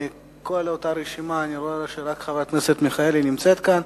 מכל אותה רשימה אני רואה שרק חברת הכנסת מיכאלי נמצאת כאן.